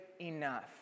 enough